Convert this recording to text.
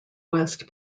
west